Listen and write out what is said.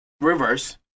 reverse